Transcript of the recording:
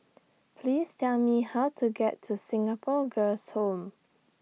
Please Tell Me How to get to Singapore Girls' Home